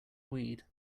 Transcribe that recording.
weed